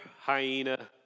hyena